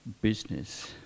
business